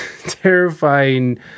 terrifying